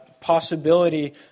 possibility